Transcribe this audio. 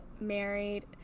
married